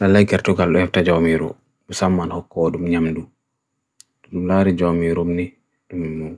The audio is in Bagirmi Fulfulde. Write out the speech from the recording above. lalai kertuk aluhafta jaumiru, usaman hoqo adum nyamdu. Tula ri jaumiru mne dimi mo,